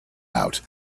out